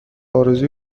آرزوی